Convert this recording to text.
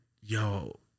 yo